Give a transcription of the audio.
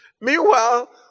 Meanwhile